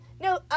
No